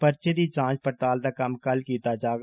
पर्चे दी जांच पड़ताल दा कम्म कल कीता जाग